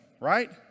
right